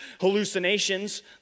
hallucinations